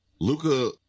Luca